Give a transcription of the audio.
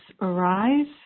arise